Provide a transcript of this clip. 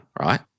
right